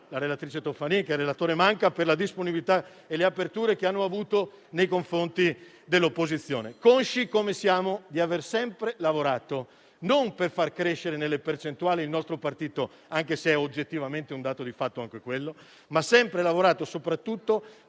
la collega Toffanin che il collega Manca, per la disponibilità e le aperture che hanno avuto nei confronti dell'opposizione, consci -come siamo - di avere sempre lavorato non per far crescere nelle percentuali il nostro partito - anche se è oggettivamente un dato di fatto anche quello - ma soprattutto